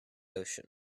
ocean